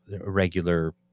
regular